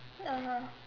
don't know